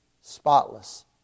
spotless